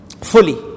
fully